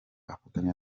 afatanya